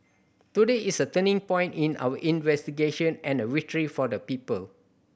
today is a turning point in our investigation and a victory for the people